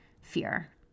fear